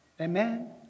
amen